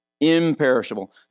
imperishable